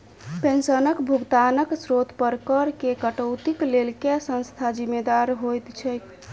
पेंशनक भुगतानक स्त्रोत पर करऽ केँ कटौतीक लेल केँ संस्था जिम्मेदार होइत छैक?